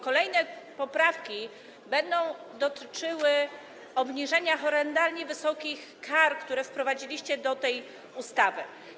Kolejne poprawki będą dotyczyły obniżenia horrendalnie wysokich kar, które wprowadziliście w tej ustawie.